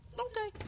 okay